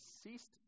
ceased